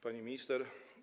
Pani Minister!